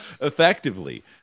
effectively